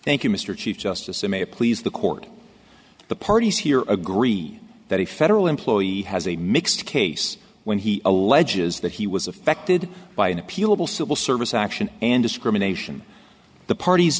you mr chief justice i may please the court the parties here agreed that a federal employee has a mixed case when he alleges that he was affected by an appealable civil service action and discrimination the parties